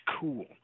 cool